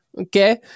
Okay